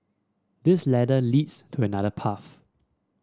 this ladder leads to another path